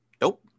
Nope